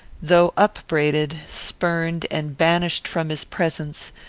though upbraided, spurned, and banished from his presence,